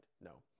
no